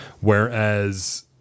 whereas